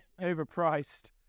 Overpriced